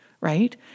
Right